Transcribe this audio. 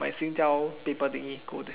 my Singtel paper thingy go there